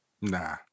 Nah